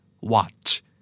watch